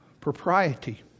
Propriety